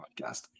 podcast